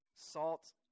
salt